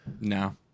No